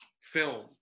film